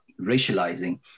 racializing